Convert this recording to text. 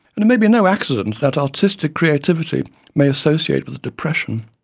and it may be no accident and that artistic creativity may associate with depression.